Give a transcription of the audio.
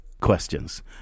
questions